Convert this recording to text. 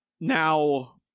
Now